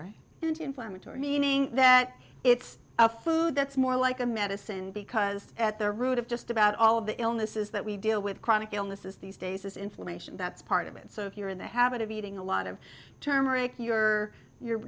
inflammatory meaning that it's a food that's more like a medicine because at the root of just about all of the illnesses that we deal with chronic illnesses these days is inflation that's part of it so if you're in the habit of eating a lot of turmeric you're you're